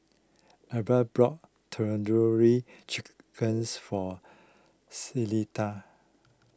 Abbie brought Tandoori Chickens for Celesta